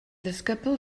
ddisgybl